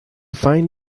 find